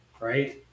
right